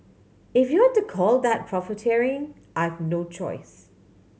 if you to call that profiteering I've no choice